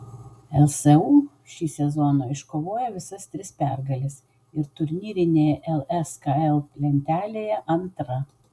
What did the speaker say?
lsu šį sezoną iškovojo visas tris pergales ir turnyrinėje lskl lentelėje antra